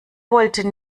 wollte